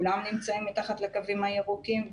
כולם נמצאים מתחת לקווים הירוקים,